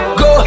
go